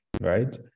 right